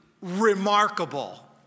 remarkable